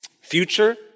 Future